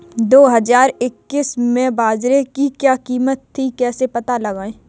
दो हज़ार इक्कीस में बाजरे की क्या कीमत थी कैसे पता लगाएँ?